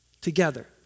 Together